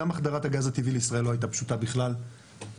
גם החדרת הגז הטבעי לישראל לא הייתה פשוטה בכלל והתגברנו,